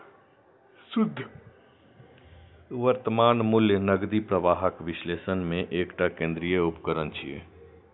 शुद्ध वर्तमान मूल्य नकदी प्रवाहक विश्लेषण मे एकटा केंद्रीय उपकरण छियै